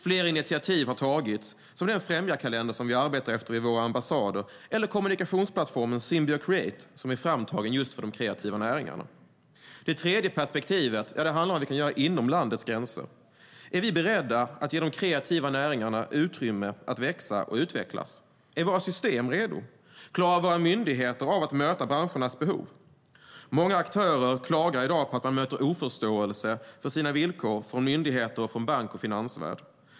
Flera initiativ har tagits, som den främjarkalender som vi arbetar efter vid våra ambassader och kommunikationsplattformen Symbio Create, som är framtagen för de kreativa näringarna. Det tredje perspektivet handlar om vad vi kan göra inom landets gränser. Är vi beredda att ge de kreativa näringarna utrymme att växa och utvecklas? Är våra system redo? Klarar våra myndigheter av att möta branschernas behov? Många aktörer klagar i dag på att de möter oförståelse för sina villkor från myndigheter och från bank och finansvärld.